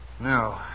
No